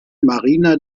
marina